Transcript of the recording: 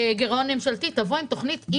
גירעון ממשלתי, אלא תבוא עם תוכנית,